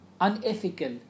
unethical